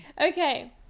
Okay